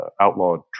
outlawed